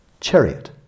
chariot